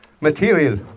material